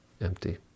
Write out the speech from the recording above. empty